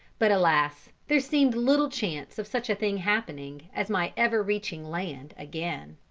but alas! there seemed little chance of such a thing happening as my ever reaching land again.